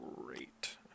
great